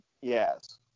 Yes